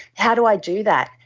how do i do that?